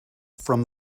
from